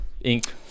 ink